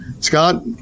Scott